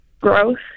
growth